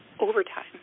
overtime